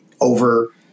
over